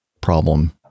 problem